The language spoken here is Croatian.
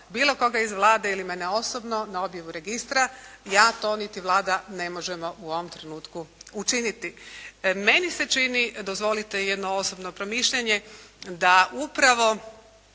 bilo koga iz Vlade ili mene osobno na objavu registra ja to niti Vlada ne možemo u ovom trenutku učiniti. Meni se čini, dozvolite jedno osobno promišljanje, da upravo